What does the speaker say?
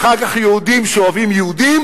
אחר כך יהודים שאוהבים יהודים,